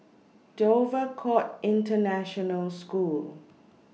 Dover Court International School